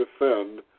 defend